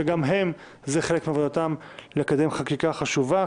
שזה גם חלק מעבודתם לקדם חקיקה חשובה,